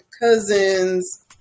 cousins